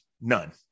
None